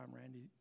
Randy